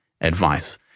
advice